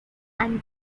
mean